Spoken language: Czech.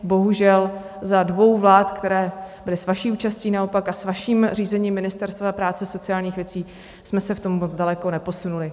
Bohužel, za dvou vlád, které byly s vaší účastí, naopak a s vaším řízením Ministerstva práce a sociálních věcí jsme se v tom moc daleko neposunuli.